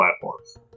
platforms